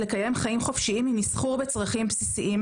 לקיים חיים חופשיים עם מסחור בצרכים בסיסיים,